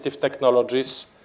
technologies